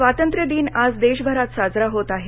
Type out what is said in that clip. स्वातंत्र्य दिन आज देशभरात साजरा होत आहे